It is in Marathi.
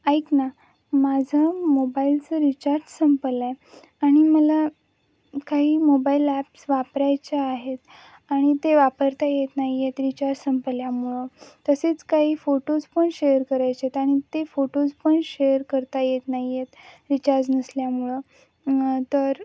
ऐक ना माझा मोबाईलचं रिचार्ज संपलं आहे आणि मला काही मोबाईल ॲप्स वापरायच्या आहेत आणि ते वापरता येत नाही आहेत रिचार्ज संपल्यामुळं तसेच काही फोटोज पण शेअर करायचे आहेत आणि ते फोटोज पण शेअर करता येत नाही आहेत रिचार्ज नसल्यामुळं तर